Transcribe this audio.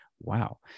Wow